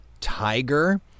Tiger